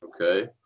Okay